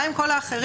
מה עם כל האחרים?